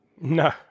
No